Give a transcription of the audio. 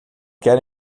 quero